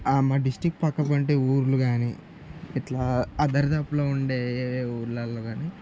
మా డిస్ట్రిక్ట్ పక్కనుండే ఊర్లు కాని ఇట్లా ఆ దరిదాపుల్లో ఉండే ఊర్లల్లో కాని